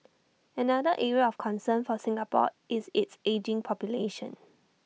another area of concern for Singapore is its ageing population